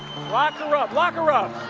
lock her up lock her up